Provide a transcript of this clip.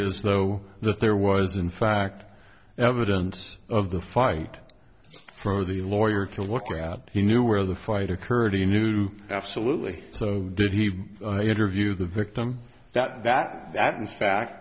is though that there was in fact evidence of the fight for the lawyer to look at he knew where the fighter curdie knew absolutely so did he interview the victim that that that in fact